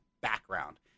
background